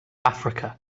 africa